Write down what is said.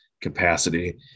capacity